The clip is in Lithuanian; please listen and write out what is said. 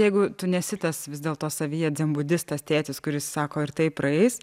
jeigu tu nesi tas vis dėlto savyje dzenbudistas tėtis kuris sako ir tai praeis